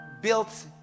built